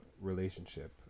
relationship